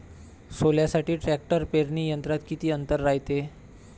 सोल्यासाठी ट्रॅक्टर पेरणी यंत्रात किती अंतर रायते?